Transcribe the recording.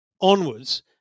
onwards